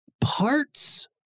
parts